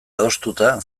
adostuta